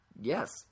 Yes